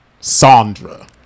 Sandra